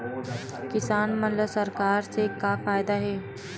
किसान मन ला सरकार से का फ़ायदा हे?